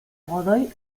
godoy